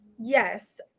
Yes